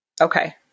Okay